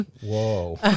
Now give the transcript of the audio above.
Whoa